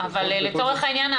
אבל לצורך העניין,